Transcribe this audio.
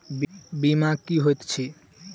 बीमा की होइत छी?